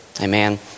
Amen